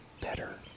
better